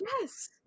yes